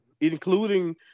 including